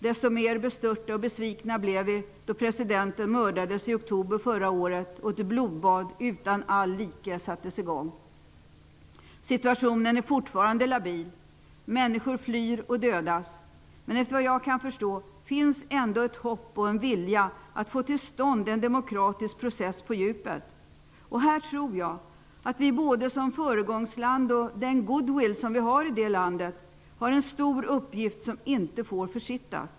Desto mer bestörta och besvikna blev vi då presidenten mördades i oktober förra året och ett blodbad utan all like satte i gång. Situationen är fortfarande labil. Människor flyr och dödas. Men efter vad jag kan förstå finns ändå ett hopp och en vilja att få till stånd en demokratisk process på djupet. Här tror jag att vi, både som föregångsland och med den goodwill vi har i det landet, har en stor uppgift som inte får försittas.